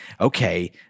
okay